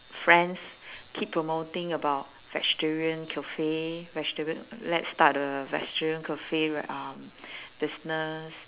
friends keep promoting about vegetarian cafe vegetarian let's start a vegetarian cafe right um business